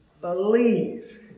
Believe